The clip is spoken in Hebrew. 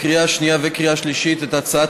לקריאה השנייה ולקריאה השלישית את הצעת